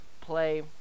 play